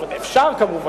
זאת אומרת, אפשר כמובן,